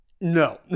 No